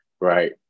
right